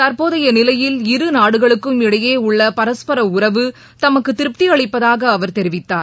தற்போதையநிலையில் இருநாடுகளுக்கும் இடையேஉள்ளபரஸ்பர உறவு தமக்குதிருப்தியளிப்பதாகஅவர் தெரிவித்தார்